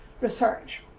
research